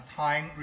time